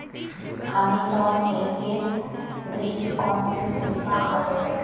हामी त सेहतेर दृष्टिकोण स शरीफा खा छि